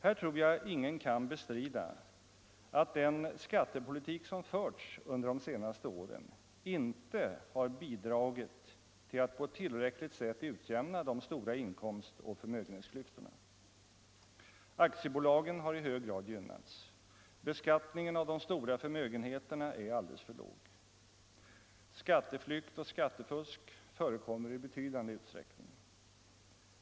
Här tror jag ingen kan bestrida att den skattepolitik som förts under de senaste åren inte har bidragit till att på tillräckligt sätt utjämna de stora inkomstoch förmögenhetsklyftorna. Aktiebolagen har i hög grad gynnats, beskattningen av de stora förmögenheterna är alldeles för låg, skatteflykt och skattefusk förekommer i betydande utsträckning.